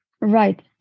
Right